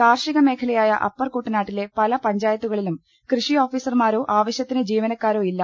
കാർഷിക മേഖലയായ അപ്പർ കുട്ടനാട്ടിലെ പല പഞ്ചായത്തുകളിലും കൃഷി ഓഫീസർമാരോ ആവശ്യത്തിന് ജീവനക്കാരോ ഇല്ല